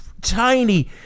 tiny